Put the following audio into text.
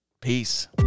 Peace